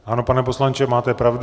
Ano, pane poslanče, máte pravdu.